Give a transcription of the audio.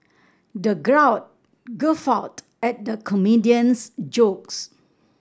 the crowd guffawed at the comedian's jokes